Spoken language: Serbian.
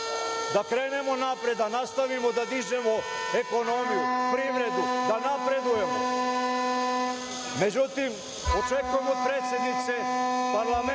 da krenemo napred, da nastavimo da dižemo ekonomiju, privredu, da napredujemo, međutim. Očekujem od predsednice parlamenta